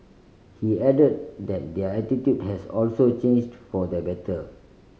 he added that their attitude has also changed for the better